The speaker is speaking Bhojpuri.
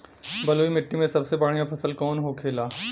बलुई मिट्टी में सबसे बढ़ियां फसल कौन कौन होखेला?